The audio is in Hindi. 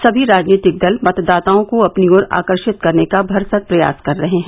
सभी राजनीतिक दल मतदाताओं को अपनी ओर आकर्षित करने का भरसक प्रयास कर रहे हैं